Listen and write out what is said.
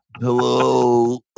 Hello